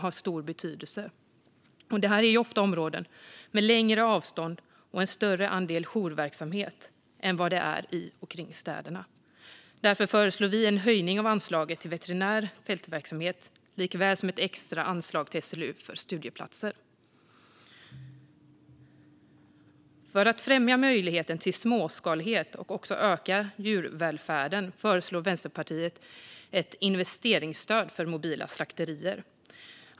Detta är ofta områden med längre avstånd och en större andel jourverksamhet än i och omkring städerna. Därför föreslår vi en höjning av anslaget till veterinär fältverksamhet liksom ett extra anslag till SLU för studieplatser. För att främja möjligheten till småskalighet och öka djurvälfärden föreslår Vänsterpartiet ett investeringsstöd för mobila slakterier.